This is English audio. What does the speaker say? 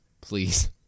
please